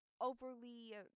overly